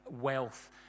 wealth